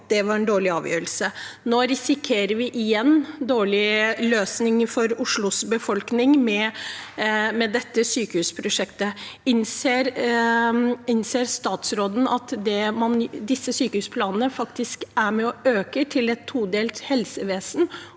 det var en dårlig avgjørelse. Nå risikerer vi igjen en dårlig løsning for Oslos befolkning, med dette sykehusprosjektet. Innser statsråden at disse sykehusplanene faktisk er med på å øke todelingen av helsevesenet